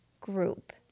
group